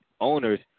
owners